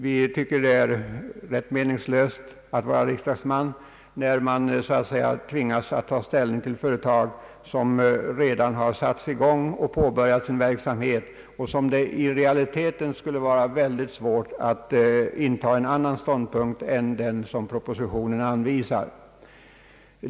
Vi tycker att det är rätt meningslöst att vara riksdagsman, när man tvingas ta ställning till företag som redan har satts i gång och påbörjat sin verksamhet. Det är i realiteten väldigt svårt att då inta en annan ståndpunkt än den propositionen anvisar.